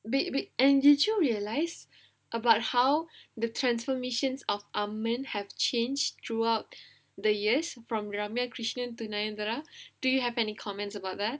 wait wait and did you realise about how the transformations of our men have changed throughout the years from ramya krishnan to nayanthara do you have any comments about that